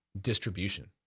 Distribution